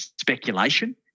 speculation